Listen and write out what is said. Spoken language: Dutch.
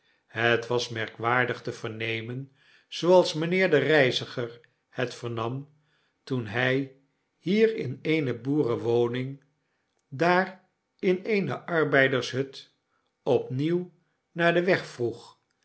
ret was merkwaardig te vernemen zooals mynheer de reiziger hetvernam toen hij hier in eene boerenwoning daar in eene arbeidershut opnieuw naar den weg vroeg